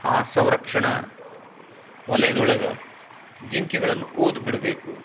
ಆ ಸಂರಕ್ಷಣ ವಲಯದೊಳಗೆ ಜಿಂಕೆಗಳನ್ನು ಓದ್ ಬಿಡಬೇಕು